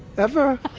ever?